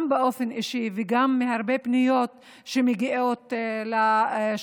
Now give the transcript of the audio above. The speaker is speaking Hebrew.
גם באופן אישי וגם מהרבה פניות שמגיעות לשולחננו,